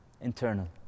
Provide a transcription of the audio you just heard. internal